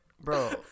Bro